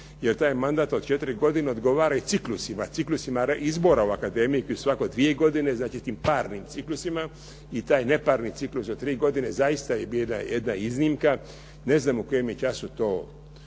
jer taj mandat od 4 godine odgovara i ciklusima, ciklusima reizbora u akademiji koji je svake 2 godine, znači tim parnim ciklusima i taj neparni ciklus od 3 godine je bila jedna iznimka. Ne znam u kojem je času